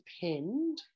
depend